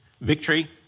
Victory